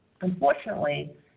Unfortunately